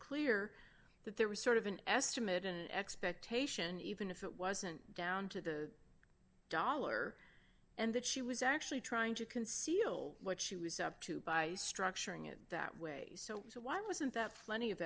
clear that there was sort of an estimate and expectation even if it wasn't down to the dollar and that she was actually trying to conceal what she was up to by structuring it that way so why wasn't that plenty of